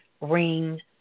ring